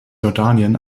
jordanien